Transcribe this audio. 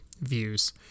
views